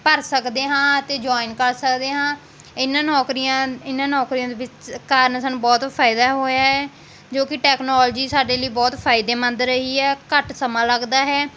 ਭਰ ਸਕਦੇ ਹਾਂ ਅਤੇ ਜੁਆਇਨ ਕਰ ਸਕਦੇ ਹਾਂ ਇਹਨਾਂ ਨੌਕਰੀਆਂ ਇਹਨਾਂ ਨੌਕਰੀਆਂ ਦੇ ਵਿੱਚ ਕਾਰਨ ਸਾਨੂੰ ਬਹੁਤ ਫ਼ਾਇਦਾ ਹੋਇਆ ਹੈ ਜੋ ਕਿ ਟੈਕਨੋਲਜੀ ਸਾਡੇ ਲਈ ਬਹੁਤ ਫ਼ਾਇਦੇਮੰਦ ਰਹੀ ਹੈ ਘੱਟ ਸਮਾਂ ਲੱਗਦਾ ਹੈ